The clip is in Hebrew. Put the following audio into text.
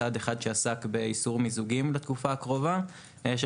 צעד אחד שעסק באיסור מיזוגים לתקופה הקרובה של